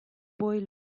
boy